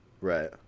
right